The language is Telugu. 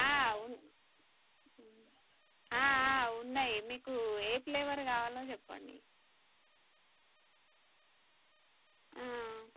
ఉన్ ఉన్నాయి మీకు ఏ ఫ్లేవర్ కావాలో చెప్పండి